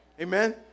Amen